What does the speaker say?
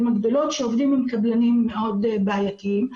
הגדולות שעובדים עם קבלנים מאוד בעייתיים,